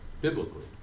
biblically